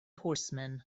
horsemen